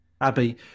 Abby